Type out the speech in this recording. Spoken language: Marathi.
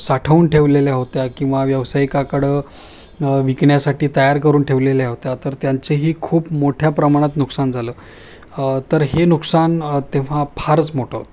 साठवून ठेवलेल्या होत्या किंवा व्यावसायिकाकडं विकण्यासाठी तयार करून ठेवलेल्या होत्या तर त्यांचेही खूप मोठ्या प्रमाणात नुकसान झालं तर हे नुकसान तेव्हा फारच मोठं होतं